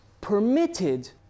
permitted